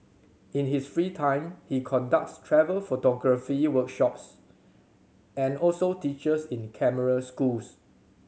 in his free time he conducts travel photography workshops and also teaches in camera schools